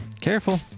Careful